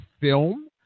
film